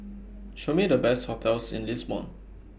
Show Me The Best hotels in Lisbon